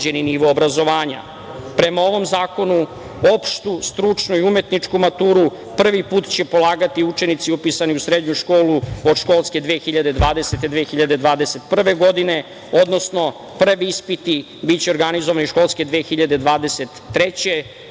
ovom zakonu, opštu, stručnu i umetničku maturu prvi put će polagati učenici upisani u srednju školu od školske 2020/2021. godine, odnosno prvi ispiti biće organizovani školske 2023/2024. godine,